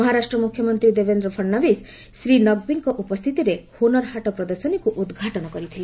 ମହାରାଷ୍ଟ୍ର ମୁଖ୍ୟମନ୍ତ୍ରୀ ଦେବେନ୍ଦ୍ର ଫଡ଼ଣବିଶ ଶ୍ରୀ ନକ୍ବିଙ୍କ ଉପସ୍ଥିତିରେ ହୁନର ହାଟ ପ୍ରଦର୍ଶନୀକୁ ଉଦ୍ଘାଟନ କରିଥିଲେ